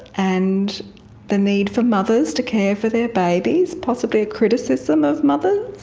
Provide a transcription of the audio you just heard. and the need for mothers to care for their babies, possibly a criticism of mothers.